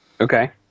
Okay